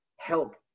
Help